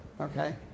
okay